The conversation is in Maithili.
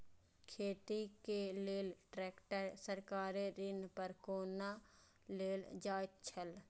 खेती के लेल ट्रेक्टर सरकारी ऋण पर कोना लेल जायत छल?